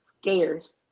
scarce